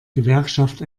gewerkschaft